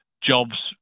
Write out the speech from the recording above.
jobs